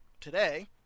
today